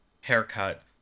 haircut